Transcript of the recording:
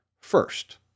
First